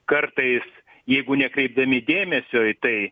kartais jeigu nekreipdemi dėmesio į tai